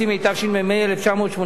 התשמ"ה 1985,